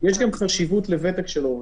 לזה חריגים אבל על פי רוב,